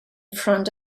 front